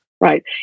right